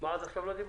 עד עכשיו לא דיברת?